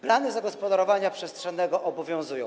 Plany zagospodarowania przestrzennego obowiązują.